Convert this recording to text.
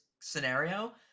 scenario